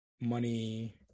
money